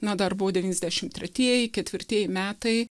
na dar buvo devyniasdešimt tretieji ketvirtieji metai